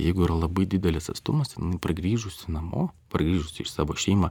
jeigu yra labai didelis atstumas pargrįžusi namo pargrįžusi į savo šeimą